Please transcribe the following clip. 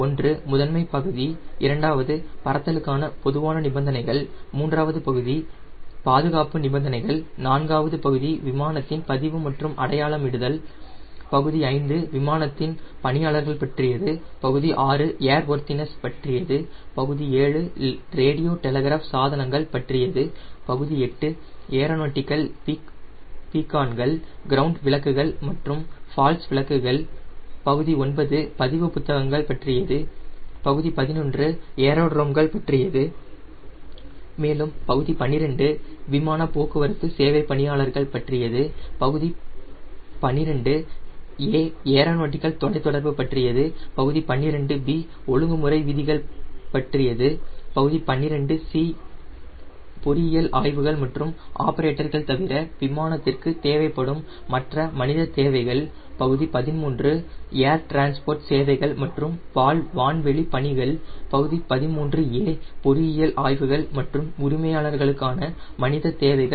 ஒன்று முதன்மை பகுதி இரண்டாவது பறத்தலுக்கான பொதுவான நிபந்தனைகள் மூன்றாவது பகுதி பாதுகாப்பு நிபந்தனைகள் நான்காவது பகுதி விமானத்தின் பதிவு மற்றும் அடையாளம் இடுதல் பகுதி ஐந்து விமானத்தின் பணியாளர்கள் பற்றியது பகுதி ஆறு ஏர்வொர்த்தினஸ் பற்றியது பகுதி ஏழு ரேடியோ டெலிகிராப் சாதனங்கள் பற்றியது பகுதி எட்டு ஏரோநாட்டிகல் பீக்கான்கள் கிரவுண்ட் விளக்குகள் மற்றும் ஃபால்ஸ் விளக்குகள் பகுதி ஒன்பது பதிவு புத்தகங்கள் பற்றியது பகுதி பதினொன்று ஏரோட்ரோம்கள் பற்றியது பகுதி பன்னிரண்டு விமான போக்குவரத்து சேவை பணியாளர்கள் பற்றியது பகுதி பன்னிரண்டு A ஏரோனாட்டிகல் தொலைதொடர்பு பற்றியது பகுதி பன்னிரண்டு B ஒழுங்குமுறை விதிகள் பன்னிரண்டு C பொறியியல் ஆய்வுகள் மற்றும் ஆபரேட்டர்கள் தவிர நிறுவனத்திற்கு தேவைப்படும் மற்ற மனித தேவைகள் பகுதி பதின்மூன்று ஏர் டிரன்ஸ்போட் சேவைகள் மற்றும் வான்வெளி பணிகள் பகுதி பதின்மூன்று A பொறியியல் ஆய்வுகள் மற்றும் உரிமையாளர் களுக்கான மனித தேவைகள்